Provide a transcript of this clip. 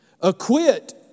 Acquit